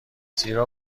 زیرا